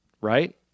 right